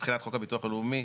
מבחינת חוק הביטוח הלאומי,